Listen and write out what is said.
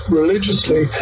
religiously